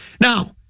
Now